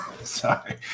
sorry